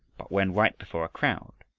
but when, right before a crowd,